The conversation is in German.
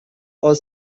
aus